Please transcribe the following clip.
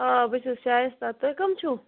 آ بہٕ چھَس شایستہ تُہۍ کٕم چھِو